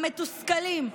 המתוסכלים,